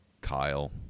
Kyle